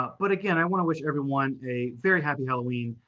ah but again, i want to wish everyone a very happy halloween.